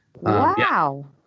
Wow